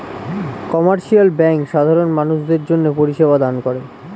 commercial bank সাধারণ মানুষদের জন্যে পরিষেবা দান করে